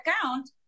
account